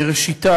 מראשיתה,